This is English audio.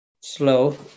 slow